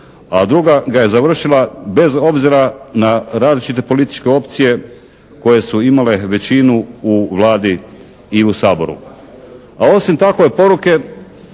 a druga ga je završila bez obzira na različite političke opcije koje su imale većinu u Vladi i u Saboru. A osim takve poruke